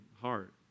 heart